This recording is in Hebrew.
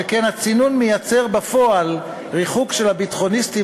שכן הצינון מייצר בפועל ריחוק של הביטחוניסטים